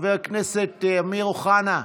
חבר הכנסת אמיר אוחנה,